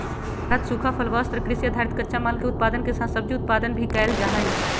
भारत सूखा फल, वस्त्र, कृषि आधारित कच्चा माल, के उत्पादन के साथ सब्जी उत्पादन भी कैल जा हई